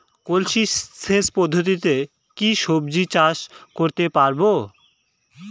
কলসি সেচ পদ্ধতিতে কি সবজি চাষ করতে পারব?